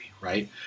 right